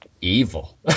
Evil